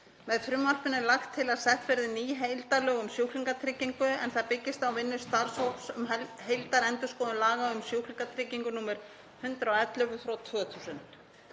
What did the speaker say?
Með frumvarpinu er lagt til að sett verði ný heildarlög um sjúklingatryggingu en það byggist á vinnu starfshóps um heildarendurskoðun laga um sjúklingatryggingu, nr. 111/2000.